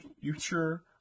future